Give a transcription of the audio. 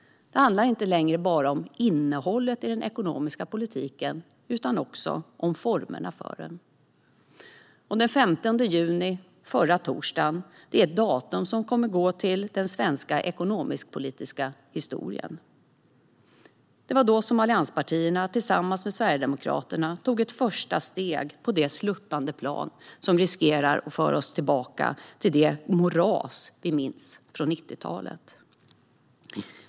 Det handlar inte längre bara om innehållet i den ekonomiska politiken utan också om formerna för den. Den 15 juni, förra torsdagen, är ett datum som kommer att gå till den svenska ekonomisk-politiska historien. Det var då allianspartierna tillsammans med Sverigedemokraterna tog ett första steg på det sluttande plan som riskerar att föra oss tillbaka till det moras vi minns från 90-talet.